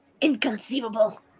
Inconceivable